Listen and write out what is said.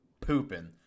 pooping